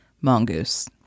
mongoose